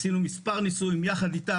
עשינו מספר ניסויים יחד אתו,